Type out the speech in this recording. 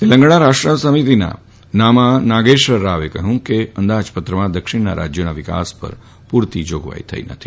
તેલંગણા રાષ્ટ્ર સમિતિના નામા નાગેશ્વર રાવે કહ્યું કે અંદાજપત્રમાં દક્ષિણનાં રાજયોના વિકાસ પર પૂરતી જાગવાઇ થઇ નથી